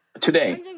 today